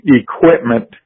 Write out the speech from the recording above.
equipment